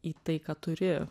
į tai ką turi